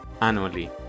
annually